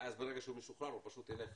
ואז ברגע שהוא משוחרר הוא פשוט ילך